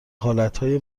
حالتهای